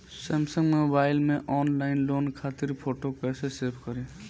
Samsung mobile में online loan खातिर photo कैसे सेभ करीं?